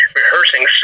rehearsing